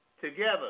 together